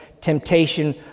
temptation